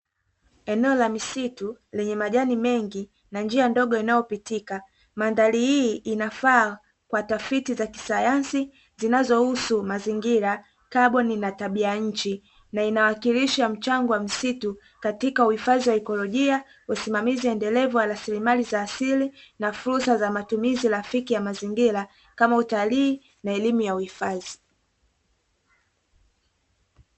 Eneo la misitu lenye majani mengi na njia ndogo inayopitika madhari hii inafaa kwa tafiti za kisayansi zinazohusu mazingira karbon na tabia nchi na inawakilisha mchango wa misitu katika uhifadhi wa ikolojia usimamizi endelevu wa rasilimali za asili na fursa za matumizi rafiki ya mazingira kama utalii na elimu ya uhifadhi